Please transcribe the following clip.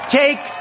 take